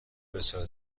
بسیار